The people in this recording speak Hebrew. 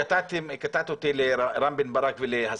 את דבריי כי רצינו לשמוע את רם בן ברק ואת